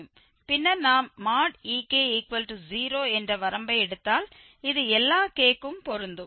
பின்னர் நாம் ek0 என்ற வரம்பை எடுத்தால் இது எல்லா k க்கும் பொருந்தும்